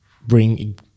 bring